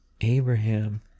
Abraham